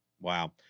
Wow